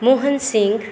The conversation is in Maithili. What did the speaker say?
मोहन सिंह